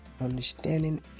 Understanding